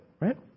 right